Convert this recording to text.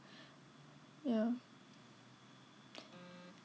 yeah